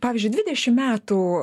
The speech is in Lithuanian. pavyzdžiui dvidešim metų